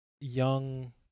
young